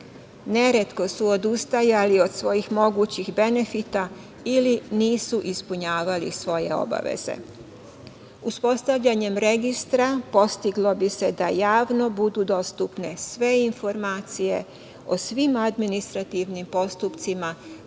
Neretko su odustajali od svojih mogućih benefita ili nisu ispunjavali svoje obaveze. Uspostavljanjem registra postiglo bi se da javno budu dostupne sve informacije o svim administrativnim postupcima